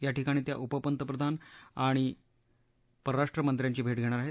याठिकाणी त्या उपपंतप्रधान आणि परराष्ट्र मंत्र्यांची भेट घेणार आहेत